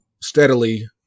steadily